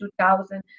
2000